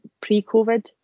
pre-Covid